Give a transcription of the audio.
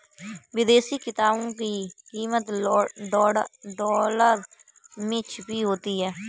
विदेशी किताबों की कीमत डॉलर में छपी होती है